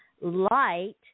light